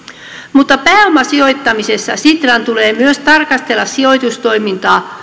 mutta pääomasijoittamisessa sitran tulee myös tarkastella sijoitustoimintaa